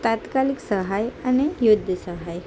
તાત્કાલિક સહાય અને યુદ્ધ સહાય